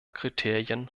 kriterien